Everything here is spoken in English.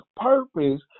purpose